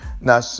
Now